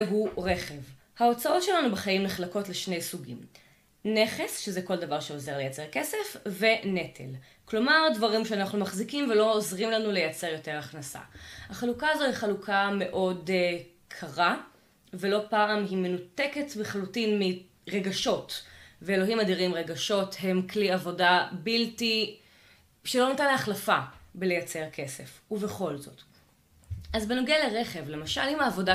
הוא רכב. ההוצאות שלנו בחיים נחלקות לשני סוגים. נכס, שזה כל דבר שעוזר לייצר כסף, ונטל. כלומר, דברים שאנחנו מחזיקים ולא עוזרים לנו לייצר יותר הכנסה. החלוקה הזו היא חלוקה מאוד קרה, ולא פעם היא מנותקת לחלוטין מרגשות. ואלוהים אדירים רגשות, הם כלי עבודה בלתי, שלא ניתן להחלפה בלייצר כסף. ובכל זאת. אז בנוגע לרכב, למשל אם העבודה